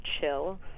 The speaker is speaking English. chill